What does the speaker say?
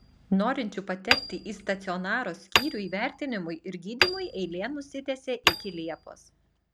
norinčių patekti į stacionaro skyrių įvertinimui ir gydymui eilė nusitęsė iki liepos